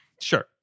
Sure